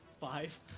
five